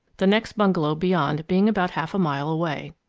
the next bungalow beyond being about half a mile away.